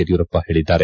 ಯಡಿಯೂರಪ್ಪ ಹೇಳಿದ್ದಾರೆ